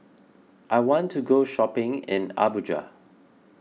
I want to go shopping in Abuja